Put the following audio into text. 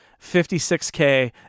56K